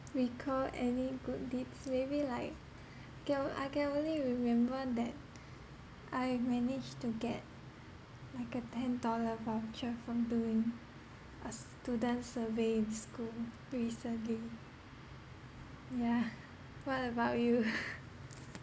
recall any good deeds maybe like can I can only remember that I managed to get like a ten dollar voucher from doing a student survey in school recently yeah what about you